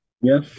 Yes